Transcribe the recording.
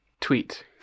tweet